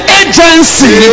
agency